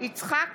יצחק